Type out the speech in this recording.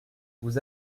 vous